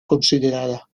considerada